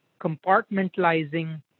compartmentalizing